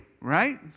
right